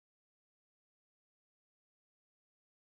uh my first outlet was working at selegie